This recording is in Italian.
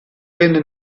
venne